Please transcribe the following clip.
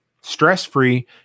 stress-free